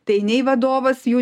tai nei vadovas jų